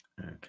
Okay